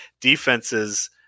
defenses